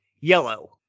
yellow